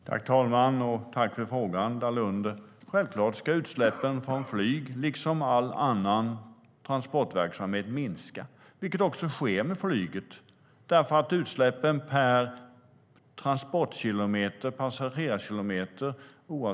Herr talman! Jag tackar Dalunde för frågan. Självklart ska utsläppen från flyget liksom all annan transportverksamhet minska, vilket också sker. Utsläppen per transportkilometer och passagerarkilometer minskar.